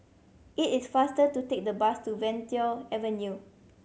it is faster to take the bus to Venture Avenue